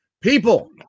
people